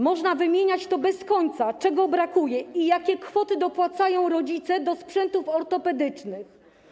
Można wymieniać bez końca, czego dziś brakuje i jakie kwoty dopłacają rodzice do sprzętów ortopedycznych.